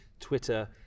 Twitter